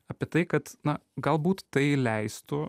apie tai kad na galbūt tai leistų